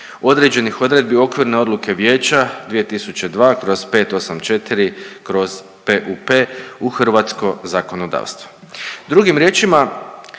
određenih odredbi okvirne Odluke vijeća 2002/584/PUP u hrvatsko zakonodavstvo. Drugim riječima